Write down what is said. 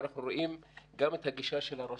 ואנחנו רואים גם את הגישה של הרשות,